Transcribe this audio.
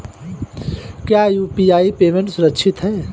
क्या UPI payment सुरक्षित है?